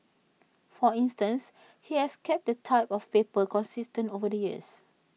for instance he has kept the type of paper consistent over the years